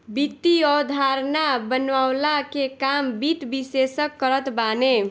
वित्तीय अवधारणा बनवला के काम वित्त विशेषज्ञ करत बाने